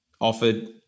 offered